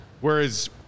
whereas